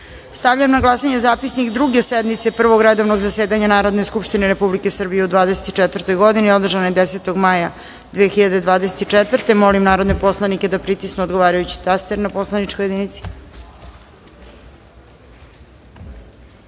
na glasanje zapisnik Druge sednice Prvog redovnog zasedanja Narodne skupštine Republike Srbije u 2024. godini, održane 10. maja 2024. godine. Molim narodne poslanike da pritisnu odgovarajući taster na poslaničkoj